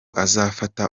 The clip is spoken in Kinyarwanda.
azafata